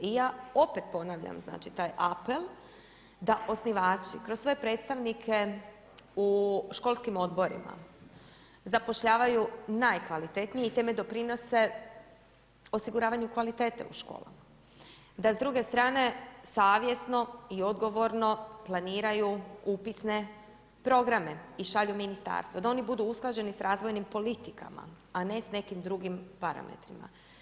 I ja opet ponavljam taj apel da osnivači kroz svoje predstavnike u školskim odborima zapošljavaju najkvalitetnije i time doprinose osiguravanju kvalitete u školama, da s druge strane savjesno i odgovorno planiraju upisne programe i šalju ministarstvu, da oni budu usklađeni sa razvojnim politikama, a ne s nekim drugim parametrima.